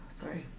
Sorry